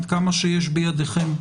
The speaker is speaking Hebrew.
עד כמה שיש בידכם,